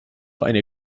eine